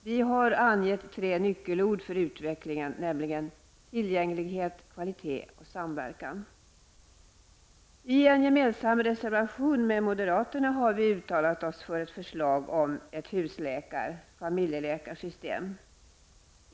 Vi har angivit tre nyckelord för utveckling, nämligen tillgänglighet, kvalitet och samverkan. I en reservation som är gemensam för oss och moderaterna har vi uttalat oss för ett förslag om husläkar/familjeläkarsystem.